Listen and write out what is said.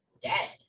dead